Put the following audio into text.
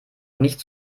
nicht